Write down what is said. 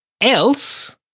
Else